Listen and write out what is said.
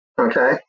okay